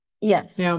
Yes